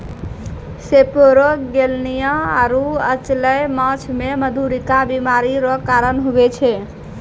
सेपरोगेलनिया आरु अचल्य माछ मे मधुरिका बीमारी रो कारण हुवै छै